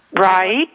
Right